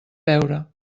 beure